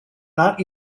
not